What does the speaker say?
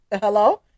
Hello